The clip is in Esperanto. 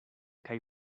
kaj